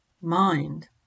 mind